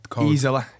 easily